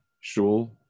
shul